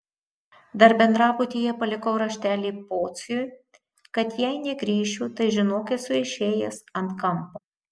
dar bendrabutyje palikau raštelį pociui kad jei negrįšiu tai žinok esu išėjęs ant kampo